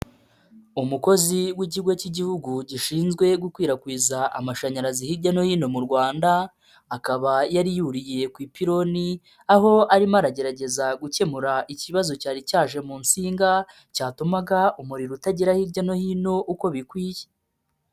Umukozi w'ikigo cy'Igihugu gishinzwe gukwirakwiza amashanyarazi hirya no hino mu Rwanda akaba yari yuriye ku ipironi aho arimo aragerageza gukemura ikibazo cyari cyaje mu nsinga cyatumaga umuriro utagera hirya no hino uko bikwiye.